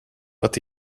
but